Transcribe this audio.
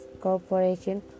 Corporation